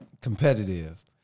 competitive